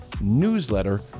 newsletter